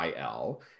IL